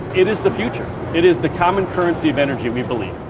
it is the future it is the common currency of energy, we believe.